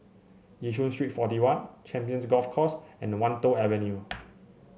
Yishun Street Forty one Champions Golf Course and Wan Tho Avenue